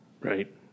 Right